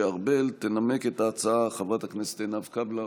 תנמק את ההצעה חברת הכנסת עינב קאבלה,